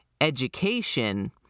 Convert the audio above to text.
education